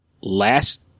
last